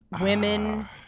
women